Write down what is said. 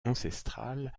ancestrale